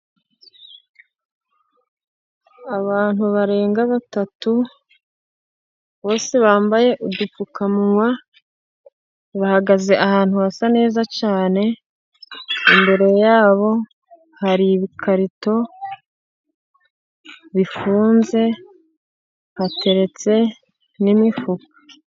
Abantu barenga batatu bose bambaye udupfukamunwa, bahagaze ahantu hasa neza cyane imbere yabo hari ibikarito bifunze hateretse n'imifuka.